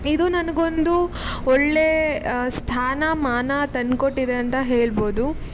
ಇದು ನನಗೆ ಒಂದು ಒಳ್ಳೆಯ ಸ್ಥಾನಮಾನ ತಂದುಕೊಟ್ಟಿದೆ ಅಂತ ಹೇಳ್ಬೋದು